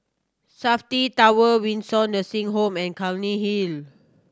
Safti Tower Windsor Nursing Home and Clunny Hill